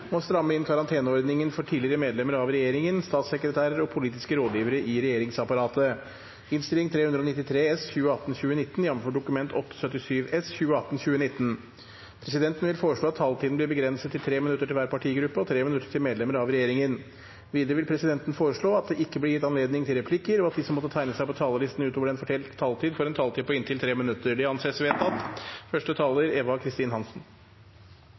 Presidenten vil foreslå at taletiden blir begrenset til 3 minutter til hver partigruppe og 3 minutter til medlemmer av regjeringen. Videre vil presidenten foreslå at det ikke blir gitt anledning til replikker, og at de som måtte tegne seg på talerlisten utover den fordelte taletid, får en taletid på inntil 3 minutter. – Det anses vedtatt.